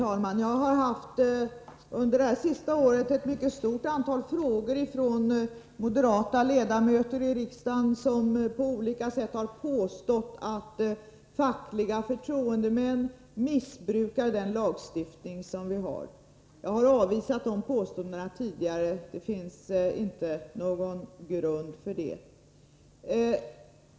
Herr talman! Under det sista året har jag fått ett mycket stort antal frågor från moderata ledamöter i riksdagen som på olika sätt påstått att fackliga förtroendemän missbrukar den lagstiftning som vi har. Jag har tidigare avvisat de påståendena — det finns inte någon grund för dem.